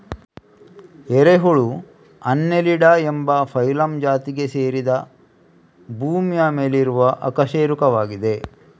ಎರೆಹುಳು ಅನ್ನೆಲಿಡಾ ಎಂಬ ಫೈಲಮ್ ಜಾತಿಗೆ ಸೇರಿದ ಭೂಮಿಯ ಮೇಲಿರುವ ಅಕಶೇರುಕವಾಗಿದೆ